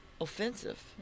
offensive